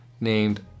named